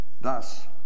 Thus